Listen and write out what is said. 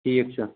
ٹھیٖک چھُ